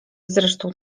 zresztą